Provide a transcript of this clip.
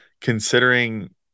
considering